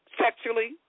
sexually